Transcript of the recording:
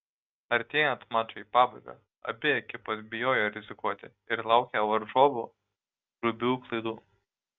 artėjant mačui į pabaigą abi ekipos bijojo rizikuoti ir laukė varžovų grubių klaidų